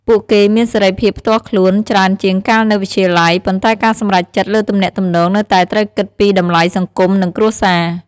ពួកគេមានសេរីភាពផ្ទាល់ខ្លួនច្រើនជាងកាលនៅវិទ្យាល័យ ប៉ុន្តែការសម្រេចចិត្តលើទំនាក់ទំនងនៅតែត្រូវគិតពីតម្លៃសង្គមនិងគ្រួសារ។